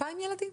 אלפיים ילדים.